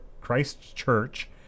Christchurch